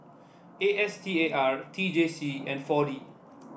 A S T A R T J C and Four D